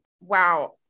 Wow